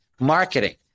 marketing